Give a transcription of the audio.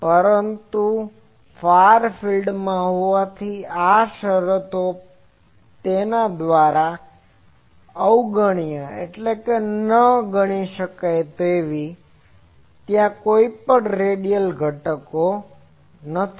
પરંતુ તે ફાર ફિલ્ડમાં હોવાથી આ શરતો તેના દ્વારા નગણ્ય છે અને ત્યાં કોઈ રેડિયલ ઘટકો નથી